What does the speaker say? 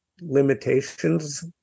limitations